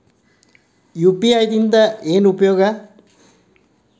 UPI ದಿಂದ ಏನು use?